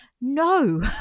no